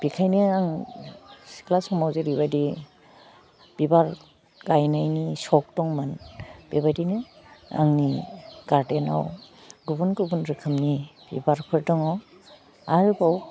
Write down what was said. बिखायनो आं सिख्ला समाव जेरैबायदि बिबार गाइनायनि सख दंमोन बेबायदिनो आंनि गार्डेनाव गुबुन गुबुन रोखोमनि बिबारफोर दङ आरोबाव